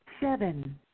Seven